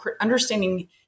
understanding